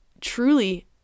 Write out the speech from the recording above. truly